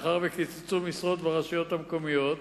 מצד אחד קיצצו משרות ברשויות המקומיות,